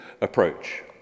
approach